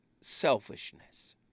selfishness